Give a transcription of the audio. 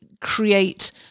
create